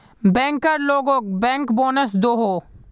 banker लोगोक bank bonus दोहों